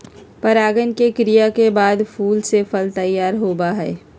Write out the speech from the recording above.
परागण के क्रिया के बाद फूल से फल तैयार होबा हई